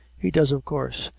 he does of course.